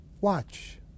Watch